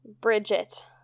Bridget